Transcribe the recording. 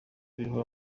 biriho